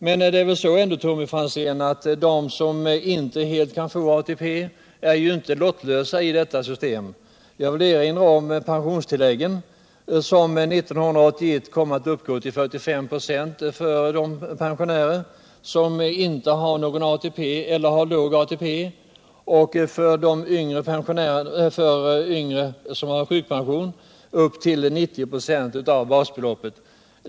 Men, Tommy Franzén, de som inte kan få ATP är ju ändå inte lottlösa genom detta system. Jag vill erinra om pensionstilläggen, som 1981 kommer att uppgå till 45 26 för de pensionärer som inte har någon ATP eller som har låg ATP. För dem som har sjukpension kommer pensionstillägg att utgå med upp till 90 26 av basbeloppet.